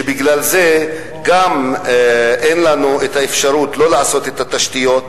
ובגלל זה גם אין לנו את האפשרות לעשות את התשתיות,